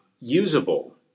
usable